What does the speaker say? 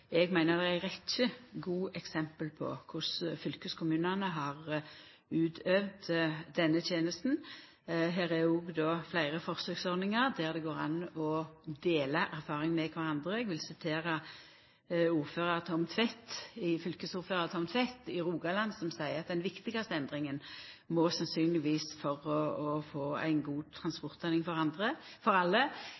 Eg meiner at det er ei rekkje gode eksempel på korleis fylkeskommunane har utøvd denne tenesta. Her er det òg fleire forsøksordningar der det går an å dela erfaringane med kvarandre. Eg vil referera fylkesordførar Tom Tvedt i Rogaland, som seier at den viktigaste endringa for å få ei god